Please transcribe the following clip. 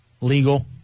legal